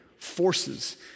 forces